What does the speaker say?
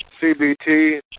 CBT